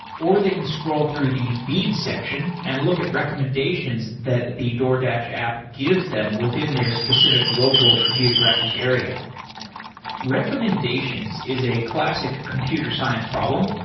or they can scroll through the feed section and look at recommendations that the doordash app gives them within their specific local geographic area recommendations is a classic computer science problem,